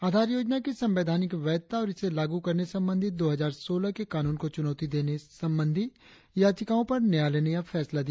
आधार योजना की संवैधानिक वैधता और इस लागू करने संबंधी दो हजार सोलह के कानून को चुनौती देने संबंधी याचिकाओं पर न्यायालय ने यह फैसला दिया